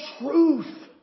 truth